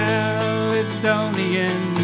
Caledonian